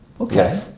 Okay